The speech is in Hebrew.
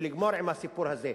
ולגמור עם הסיפור הזה.